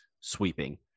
sweeping